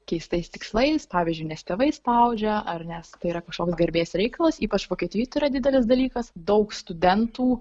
keistais tikslais pavyzdžiui nes tėvai spaudžia ar nes tai yra kažkoks garbės reikalas ypač vokietijoj yra didelis dalykas daug studentų